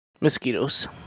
Mosquitoes